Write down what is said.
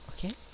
Okay